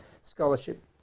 scholarship